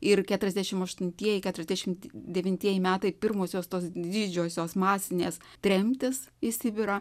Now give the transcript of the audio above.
ir keturiasdešimt aštuntieji keturiasdešimt devintieji metai pirmosios tos didžiosios masinės tremtys į sibirą